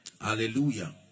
Hallelujah